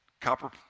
copper